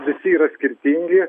visi yra skirtingi